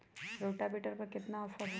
Rotavator पर केतना offer हव?